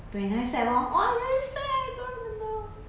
so